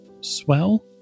swell